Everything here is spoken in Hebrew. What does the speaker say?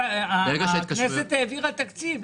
הכנסת העבירה תקציב.